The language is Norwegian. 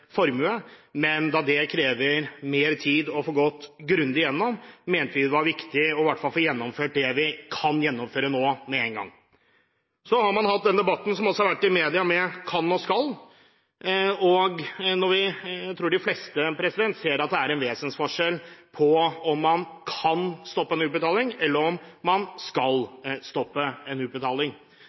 formue. Men da det krever mer tid å få gått grundig gjennom, mente vi det var viktig i hvert fall å få gjennomført det vi kan gjennomføre nå med en gang. Så har man hatt den debatten, som også har vært i media, med «kan» og «skal». Jeg tror de fleste ser at det er en vesensforskjell på om man kan stoppe en utbetaling eller om man skal stoppe en utbetaling.